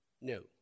No